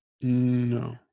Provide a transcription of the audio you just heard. No